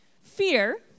fear